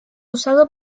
usado